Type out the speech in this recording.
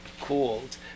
called